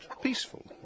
peaceful